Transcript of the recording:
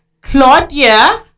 Claudia